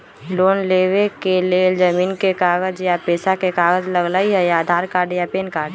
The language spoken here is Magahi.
लोन लेवेके लेल जमीन के कागज या पेशा के कागज लगहई या आधार कार्ड या पेन कार्ड?